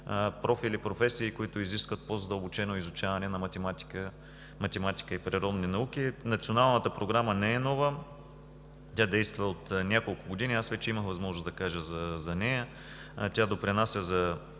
профили и професии, които изискват по-задълбочено изучаване на математика и природни науки. Националната програма не е нова. Тя действа от няколко години – аз вече имах възможност да кажа за нея, и също така допринася за